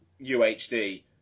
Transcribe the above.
UHD